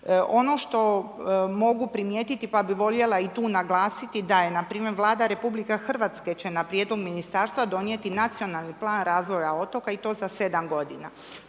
Ono što mogu primijetiti pa bih voljela i tu naglasiti da je npr. Vlada RH će na prijedlog ministarstva donijeti nacionalni plan razvoja otoka i to za 7 godina.